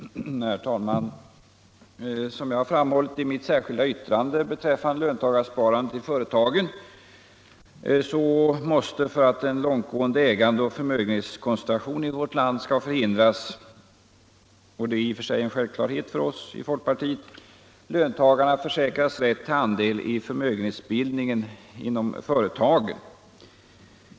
Herr talman! Som jag har framhållit i mitt särskilda yttrande beträffande löntagarsparande i företagen måste, för att en långtgående ägandeoch förmögenhetskoncentration i vårt land skall förhindras — och det är i och för sig en självklarhet för oss i folkpartiet — löntagarna försäkras rätt till andel i förmögenhetsbildningen inom företagen.